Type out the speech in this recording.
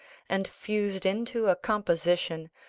and fused into a composition,